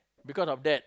because of that